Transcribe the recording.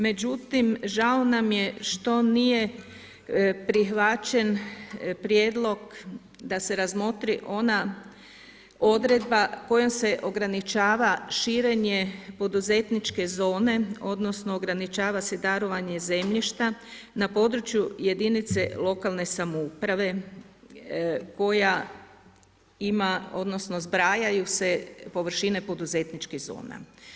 Međutim žao nam je što nije prihvaćen prijedlog da se razmotri ona odredba kojom se ograničava širenje poduzetničke zone odnosno ograničava se darovanje zemljišta na području jedinice lokalne samouprave koja ima odnosno zbrajaju se površine poduzetničkih zona.